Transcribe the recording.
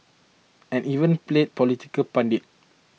and even played political pundit